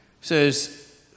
says